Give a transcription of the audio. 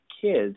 kids